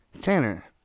Tanner